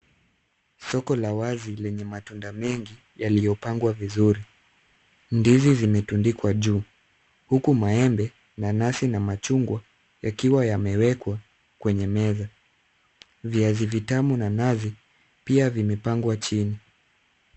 Soko la wazi lenye matunda mengi yaliyopangwa vizuri. Ndizi zimetundikwa juu, huku maembe, nanasi na machungwa yakiwa yamewekwa kwenye meza. Viazi vitamu na nazi pia zimepangwa chini.